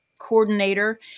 coordinator